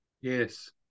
Yes